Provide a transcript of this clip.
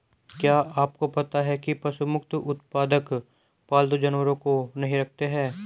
क्या आपको पता है पशु मुक्त उत्पादक पालतू जानवरों को नहीं रखते हैं?